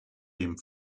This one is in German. dem